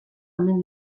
omen